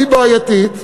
בעייתית,